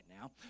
now